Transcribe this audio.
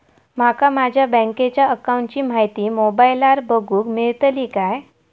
माका माझ्या बँकेच्या अकाऊंटची माहिती मोबाईलार बगुक मेळतली काय?